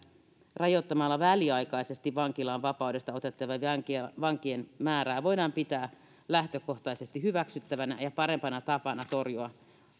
rajoittamalla väliaikaisesti vankilaan vapaudesta otettavaa vankien määrää voidaan pitää lähtökohtaisesti hyväksyttävänä ja parempana tapana torjua